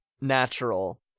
natural